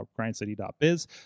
grindcity.biz